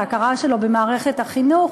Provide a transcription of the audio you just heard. להכרה שלו במערכת החינוך,